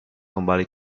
kembali